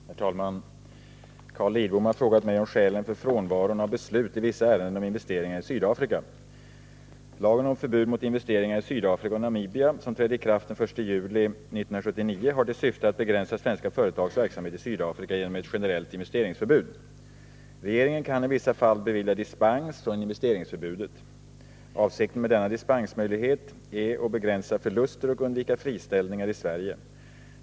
Herr talman! Carl Lidbom har frågat mig om skälen för frånvaron av beslut i vissa ärenden om investeringar i Sydafrika. Lagen om förbud mot investeringar i Sydafrika och Namibia, som trädde i kraft den 1 juli 1979, har till syfte att begränsa svenska företags verksamhet i Sydafrika genom ett generellt investeringsförbud. Regeringen kan i vissa fall bevilja dispens från investeringsförbudet. Avsikten med denna dispensmöjlighet är att begränsa förluster och undvika friställningar i Sverige.